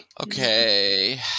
Okay